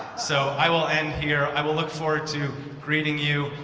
so i will end here. i will look forward to greeting you.